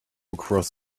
across